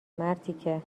مرتیکه